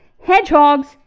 hedgehogs